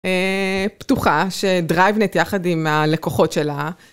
פתוחה, שדרייבנט יחד עם הלקוחות שלה,